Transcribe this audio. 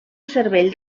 cervell